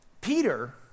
Peter